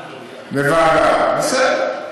לוועדה, בסדר.